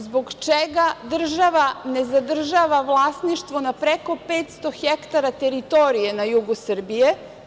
Zbog čega država ne zadržava vlasništvo nad preko 500 hektara teritorije na jugu Srbije?